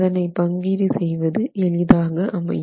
அதனால் அதனை பங்கீடு செய்வது எளிதாக அமையும்